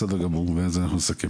ואז אנחנו נסכם.